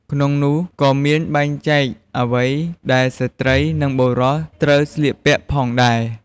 ក្នុងនោះក៏មានបែងចែកអ្វីដែលស្ត្រី និង បុរសត្រូវស្លៀកពាក់ផងដែរ។